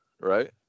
Right